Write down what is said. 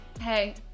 Hey